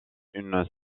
une